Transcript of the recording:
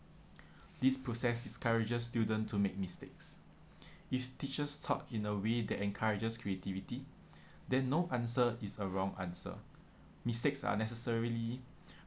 this process discourages students to make mistakes if teachers taught in a way that encourages creativity then no answer is a wrong answer mistakes are necessarily